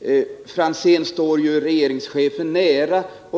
Ivar Franzén står regeringschefen nära.